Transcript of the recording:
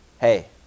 Hey